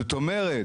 זאת אומרת,